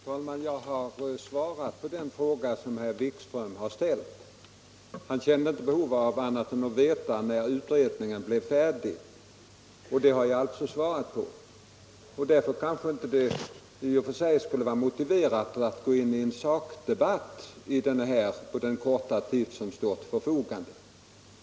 Herr talman! Jag har svarat på den fråga som herr Wikström ställt. Han kände inte behov av annat än att få veta när utredningen blir färdig, och det har jag alltså svarat på. Därför skulle det i och för sig inte vara motiverat att gå in i en sakdebatt på den korta tid som står till förfogande.